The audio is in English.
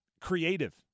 creative